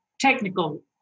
technical